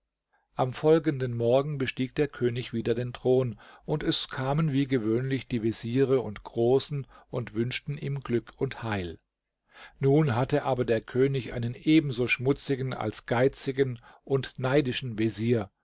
am folgenden morgen bestieg der könig wieder den thron und es kamen wie gewöhnlich die veziere und großen und wünschten ihm glück und heil nun hatte aber der könig einen ebenso schmutzigen als geizigen und neidischen vezier